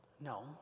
No